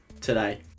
today